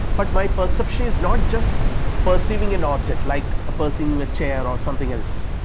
but my perception is not just perceiving an object like a perceiving a chair or something else,